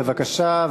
בבקשה.